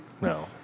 No